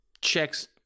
checks